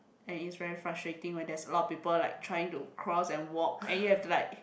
and is very frustrating when there's a lot of people like trying to cross and walk and you have to like